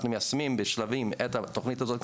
אנחנו מיישמים בשלבים את התוכנית הזאת.